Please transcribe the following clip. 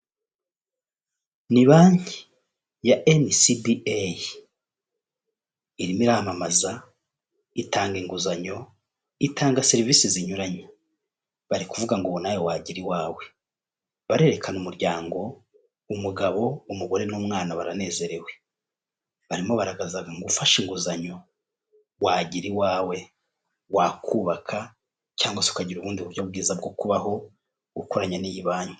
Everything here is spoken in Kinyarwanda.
Ni banki ya enisibi eyi iririmo iramamaza, itanga inguzanyo, itanga serivise zinyuranye, bari kuvuga ngo nawe wagira iwawe, barerekana umuryango, umugabo, umugore n'umwana baranezerewe, barimo baragaragaza ngo ugufashe inguzanyo wagira iwawe, wakubaka cyangwa se ukagira ubundi buryo bwiza bwo kubaho ukoranye n'iyi banki.